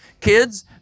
Kids